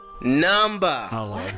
number